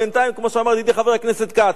בינתיים, כמו שאמר לי ידידי חבר הכנסת כץ: